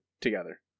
together